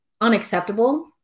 unacceptable